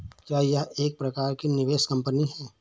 क्या यह एक प्रकार की निवेश कंपनी है?